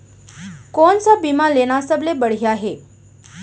कोन स बीमा लेना सबले बढ़िया हे?